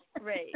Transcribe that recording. right